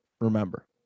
remember